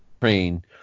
train